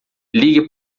ligue